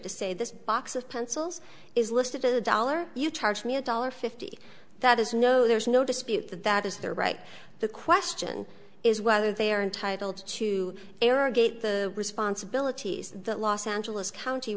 to say this box of pencils is listed as a dollar you charge me a dollar fifty that is no there's no dispute that that is their right the question is whether they are entitled to irrigate the responsibilities the los angeles county